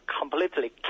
completely